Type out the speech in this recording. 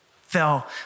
fell